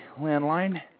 landline